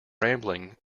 rambling